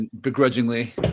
begrudgingly